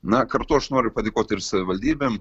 na kartu aš noriu padėkoti ir savivaldybėm